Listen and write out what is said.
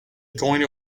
going